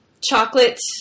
chocolate